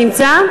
נמצא?